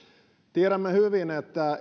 tiedämme hyvin että